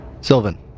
Sylvan